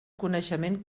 coneixement